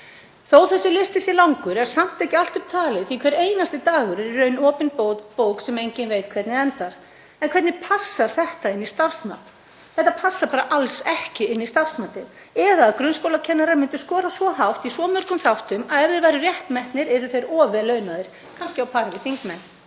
að þessi listi sé langur er samt ekki allt upp talið því að hver einasti dagur er í raun opin bók sem enginn veit hvernig endar. En hvernig passar þetta inn í starfsmat? Þetta passar bara alls ekki inn í starfsmatið eða þá myndu grunnskólakennarar skora svo hátt í svo mörgum þáttum að ef þeir væru rétt metnir yrðu þeir of vel launaðir, kannski á pari við þingmenn.